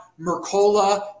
Mercola